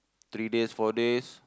three days four days